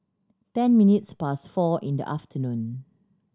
ten minutes past four in the afternoon